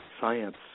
science